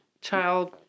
Child